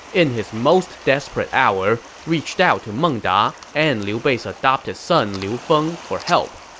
in his most desperate hour, reached out to meng da and liu bei's adopted son liu feng for help.